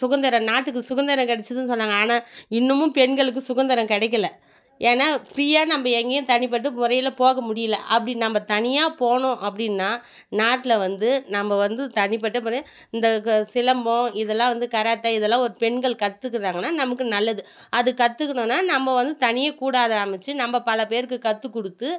சுகந்திர நாட்டுக்கு சுகந்திரம் கிடச்சதுன்னு சொன்னாங்க ஆனால் இன்னமும் பெண்களுக்கு சுகந்திரம் கிடைக்கல ஏனால் ஃப்ரீயாக நம்ம எங்கேயும் தனிப்பட்டு முறையில போக முடியலை அப்படி நம்ம தனியாக போனோம் அப்படின்னா நாட்டில் வந்து நம்ம வந்து தனிப்பட்ட முறைல இந்த க சிலம்பம் இதெல்லாம் வந்து கராத்தே இதெல்லாம் ஒரு பெண்கள் கற்றுக்கிறாங்கனா நமக்கு நல்லது அது கற்றுக்கணுன்னா நம்ம வந்து தனியே கூட அதை அமைச்சி நம்ம பல பேருக்கு கற்றுக் கொடுத்து